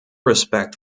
respect